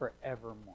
forevermore